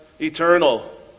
eternal